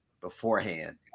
beforehand